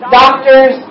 doctors